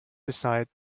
beside